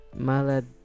malad